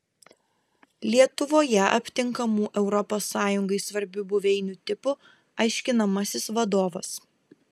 lietuvoje aptinkamų europos sąjungai svarbių buveinių tipų aiškinamasis vadovas